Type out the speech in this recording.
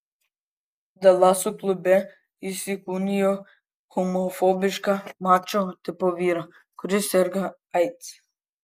dalaso klube jis įkūnijo homofobišką mačo tipo vyrą kuris serga aids